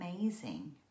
amazing